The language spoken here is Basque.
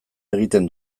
egiten